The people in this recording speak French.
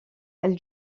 elle